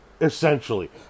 Essentially